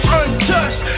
untouched